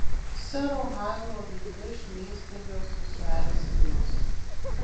sero hailo veide šmėstelėjo susierzinimas